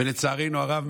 ולצערנו הרב,